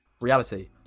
Reality